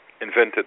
invented